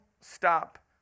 Stop